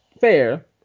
fair